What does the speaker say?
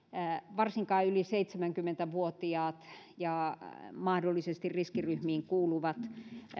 varsinkaan yli seitsemänkymmentä vuotiaat ja mahdollisesti riskiryhmiin kuuluvat